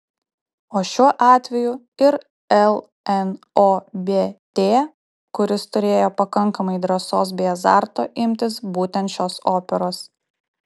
o šiuo atveju ir lnobt kuris turėjo pakankamai drąsos bei azarto imtis būtent šios operos